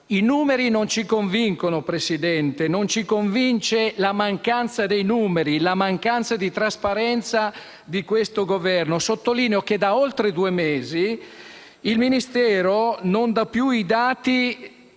I numeri non ci convincono, signora Presidente, non ci convincono la mancanza dei dati numerici e la mancanza di trasparenza di questo Governo. Sottolineo che da oltre due mesi il Ministero non fornisce più i dati